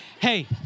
Hey